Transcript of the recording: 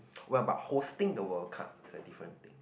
well but hosting the World Cup is a different thing